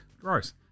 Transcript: gross